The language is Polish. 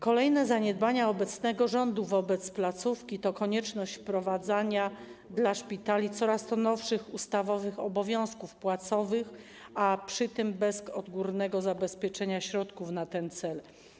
Kolejne zaniedbania obecnego rządu wobec placówki to konieczność wprowadzania dla szpitali coraz to nowszych ustawowych obowiązków płacowych, przy tym bez odgórnego zabezpieczenia środków na ten cel.